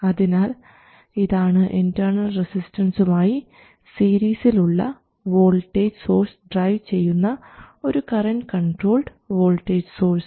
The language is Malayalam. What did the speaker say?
അതിനാൽ ഇതാണ് ഇൻറർണൽ റസിസ്റ്റൻസുമായി സീരീസിൽ ഉള്ള വോൾട്ടേജ് സോഴ്സ് ഡ്രൈവ് ചെയ്യുന്ന ഒരു കറൻറ് കൺട്രോൾഡ് വോൾട്ടേജ് സോഴ്സ്